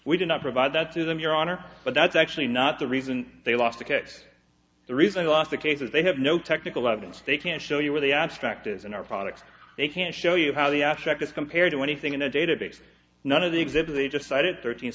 we do not provide that to them your honor but that's actually not the reason they lost because the reason lost the case is they have no technical evidence they can't show you where the abstract is in our products they can't show you how the abstract is compared to anything in the database none of the exhibits they just cited thirteen